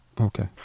Okay